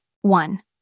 One